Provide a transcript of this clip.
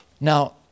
Now